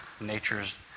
nature's